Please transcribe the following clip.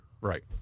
Right